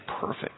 perfect